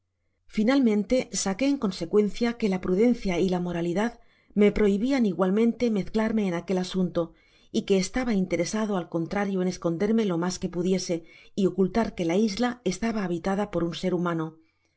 finalmente saqué en consecuencia que la prudencia y la moralidad me prohibian igualmente mezclarme en aquel asunto y que estaba interesado al contrario en esconderme lo mas que pudiese y ocultar que la isla estaba habitada por un ser humano